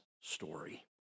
story